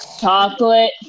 chocolate